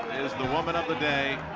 is the woman of the day